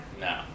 No